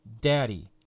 Daddy